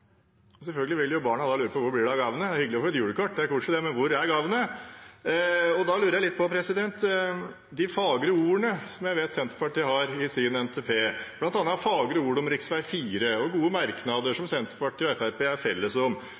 Selvfølgelig vil barna da lure på hvor det blir av gavene. Det er hyggelig å få et julekort, det er koselig det, men hvor er gavene? Jeg lurer litt på de fagre ordene som jeg vet Senterpartiet har i sin NTP, bl.a. fagre ord om rv. 4 og gode merknader som Senterpartiet og Fremskrittspartiet er sammen om.